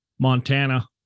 Montana